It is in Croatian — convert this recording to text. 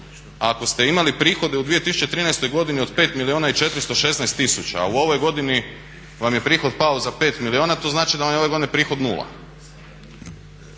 ako ste imali prihode u 2013. godini od 5 milijuna i 416 tisuća a u ovoj godini vam je prihod pao za 5 milijuna to znači da vam je ove godine prihod 0.